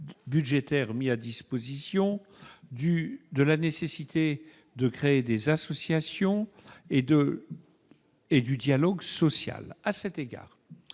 budgétaire mise à disposition, de la nécessité de créer des associations ou du dialogue social. À cet égard,